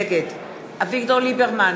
נגד אביגדור ליברמן,